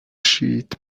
chiites